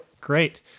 Great